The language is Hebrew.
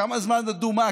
לכמה זמן אדומה,